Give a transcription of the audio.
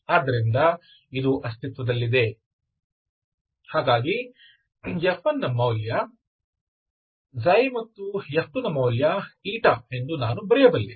ಆದ್ದರಿಂದ ಇದು ಅಸ್ತಿತ್ವದಲ್ಲಿದೆ ಹಾಗಾಗಿ F1 ನ ಮೌಲ್ಯ ξ ಮತ್ತು F2 ನ ಮೌಲ್ಯ η ಎಂದು ನಾನು ಬರೆಯಬಲ್ಲೆ